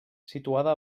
situada